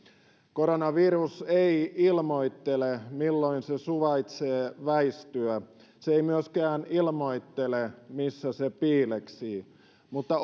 koronavirus ei ilmoittele milloin se suvaitsee väistyä se ei myöskään ilmoittele missä se piileksii mutta